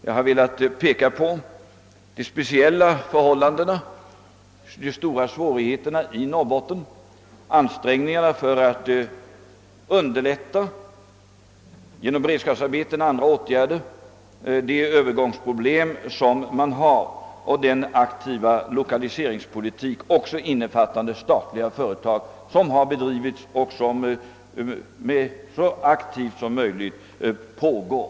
Jag har velat peka på de speciella förhållandena och de stora svårigheterna i Norrbotten, på ansträngningarna att genom beredskapsarbeten och andra åtgärder lindra de övergångsproblem som man har och på den aktiva lokaliseringspolitik — också innefattande statliga företag — som har bedrivits och som så aktivt som möjligt pågår.